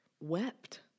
wept